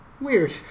Weird